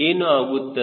ಏನು ಆಗುತ್ತದೆ